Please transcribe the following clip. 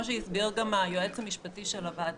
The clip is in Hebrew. כמו שהסביר גם היועץ המשפטי של הוועדה,